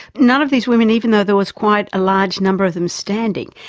none of these women even though there was quite a large number of them standing,